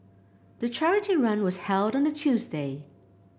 the charity run was held on a Tuesday